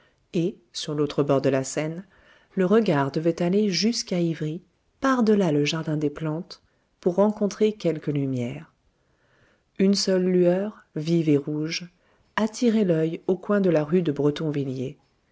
et sur l'autre bord de la seine le regard devait aller jusqu'à ivry par delà le jardin des plantes pour rencontrer quelques lumières une seule lueur vive et rouge attirait l'oeil au coin de la rue de